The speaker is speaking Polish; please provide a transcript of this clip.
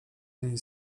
niej